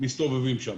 מסתובבים שם.